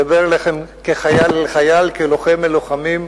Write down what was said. אני מדבר אליכם כחייל אל חייל, כלוחם אל לוחמים.